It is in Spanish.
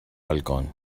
balcón